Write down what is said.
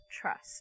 trust